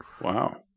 Wow